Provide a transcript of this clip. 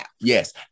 Yes